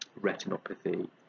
retinopathy